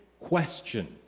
question